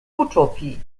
utopie